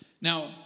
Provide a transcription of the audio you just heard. Now